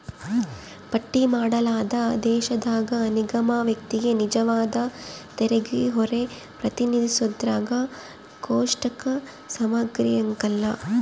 ಪಟ್ಟಿ ಮಾಡಲಾದ ದೇಶದಾಗ ನಿಗಮ ವ್ಯಕ್ತಿಗೆ ನಿಜವಾದ ತೆರಿಗೆಹೊರೆ ಪ್ರತಿನಿಧಿಸೋದ್ರಾಗ ಕೋಷ್ಟಕ ಸಮಗ್ರಿರಂಕಲ್ಲ